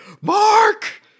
Mark